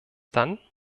dann